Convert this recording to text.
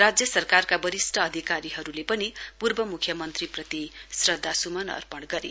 राज्य सरकारका वरिष्ठ अधिकारीहरूले पनि पूर्व म्ख्यमन्त्रीप्रति श्रद्वास्मन अर्पण गरे